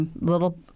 little